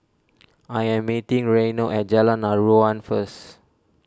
I am meeting Reino at Jalan Aruan first